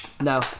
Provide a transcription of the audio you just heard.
no